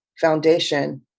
foundation